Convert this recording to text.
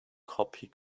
copy